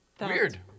Weird